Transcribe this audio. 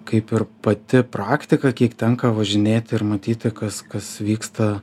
kaip ir pati praktika kiek tenka važinėti ir matyti kas kas vyksta